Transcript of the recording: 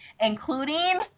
including